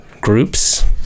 groups